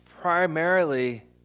primarily